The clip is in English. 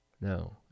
No